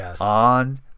on